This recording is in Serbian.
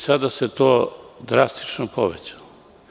Sada se to drastično povećalo.